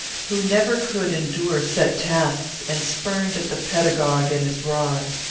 who never could endure set tasks, and spurned at the pedagogue and his rod.